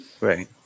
Right